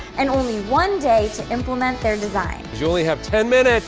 and only one day to implement their design. julie have ten minutes